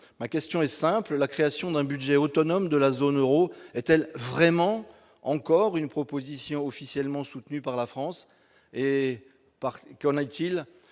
ma question est simple : la création d'un budget autonome de la zone Euro est-elle vraiment encore une proposition officiellement soutenu par la France et parce